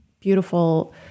beautiful